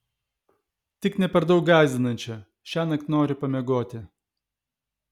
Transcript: tik ne per daug gąsdinančią šiąnakt noriu pamiegoti